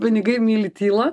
pinigai myli tylą